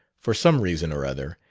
for some reason or other,